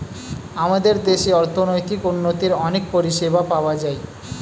আমাদের দেশে অর্থনৈতিক উন্নতির অনেক পরিষেবা পাওয়া যায়